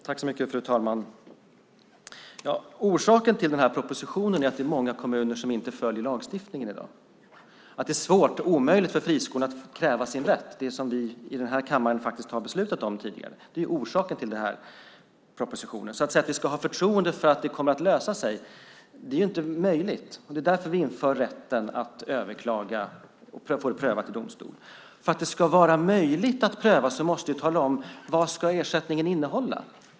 Fru talman! Orsaken till propositionen är att många kommuner inte följer lagstiftningen i dag. Det är svårt eller omöjligt för friskolorna att kräva den rätt som vi här i kammaren faktiskt har beslutat om tidigare. Det är orsaken till den här propositionen. Att säga att ha förtroende för att det ska lösa sig är inte möjligt, och det är därför vi inför rätten att överklaga för att få detta prövat i domstol. För att det ska vara möjligt att pröva måste vi tala om vad ersättningen ska innehålla.